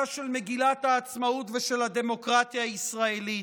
של מגילת העצמאות ושל הדמוקרטיה הישראלית.